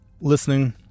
listening